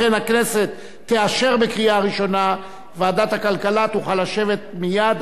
ועדת הכלכלה תוכל לשבת מייד כדי לקיים דיונים ולהביא,